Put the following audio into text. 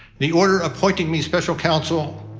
the order appointing me special counsel,